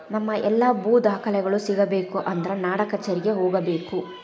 ನಮ್ಮ ಎಲ್ಲಾ ಭೂ ದಾಖಲೆಗಳು ಸಿಗಬೇಕು ಅಂದ್ರ ನಾಡಕಛೇರಿಗೆ ಹೋಗಬೇಕು